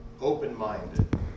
Open-minded